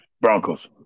Broncos